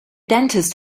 dentist